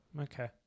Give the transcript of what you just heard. Okay